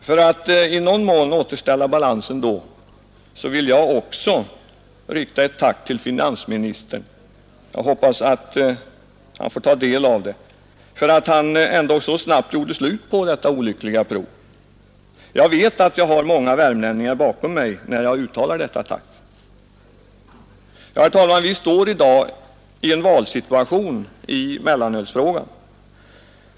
För att i någon mån återställa balansen vill jag i likhet med herr Carlshamre också rikta ett tack till finansministern — jag hoppas att han får ta del av detta — för att han ändå så snabbt gjorde slut på detta olyckliga prov. Jag vet att jag har många värmlänningar bakom mig när jag uttalar detta tack. Herr talman, vi står i dag i en valsituation i mellanölsfrågan.